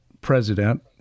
president